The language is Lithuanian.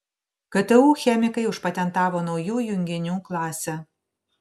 ktu chemikai užpatentavo naujų junginių klasę